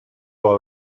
los